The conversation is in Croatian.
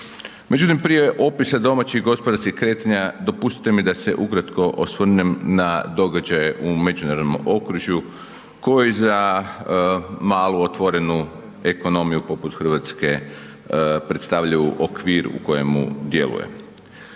Međutim, prije opisa domaćih gospodarskih kretanja dopustite mi da se ukratko osvrnem na događaje u međunarodnom okružju koji za malu, otvorenu ekonomiju poput Hrvatske predstavljaju okvir u kojemu djeluje.